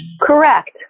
Correct